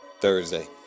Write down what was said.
Thursday